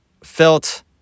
felt